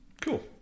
Cool